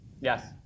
yes